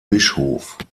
bischof